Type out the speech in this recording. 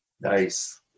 Nice